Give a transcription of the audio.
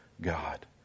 God